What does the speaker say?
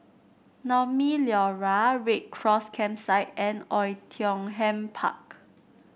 Naumi Liora Red Cross Campsite and Oei Tiong Ham Park